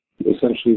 essentially